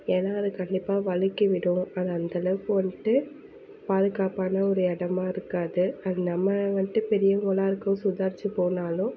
ஏன்னா அது கண்டிப்பாக வழுக்கி விட்டுடும் அது அந்தளவுக்கு வந்துட்டு பாதுகாப்பான ஒரு இடமா இருக்காது அது நம்ம வந்துட்டு பெரியவங்களா இருக்கோம் சுதாரித்து போனாலும்